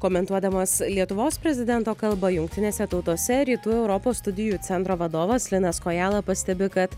komentuodamas lietuvos prezidento kalbą jungtinėse tautose rytų europos studijų centro vadovas linas kojala pastebi kad